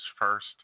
first